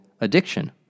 addiction